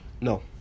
no